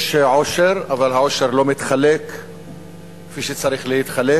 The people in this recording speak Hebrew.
יש עושר, אבל העושר לא מתחלק כפי שצריך להתחלק.